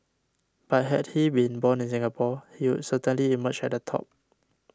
but had he been born in Singapore he would certainly emerge at the top